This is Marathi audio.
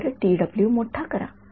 तर मोठा करा